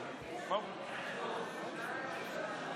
שכנעתי אותה לא לבקש הסבר.